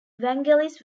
vangelis